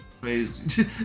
Crazy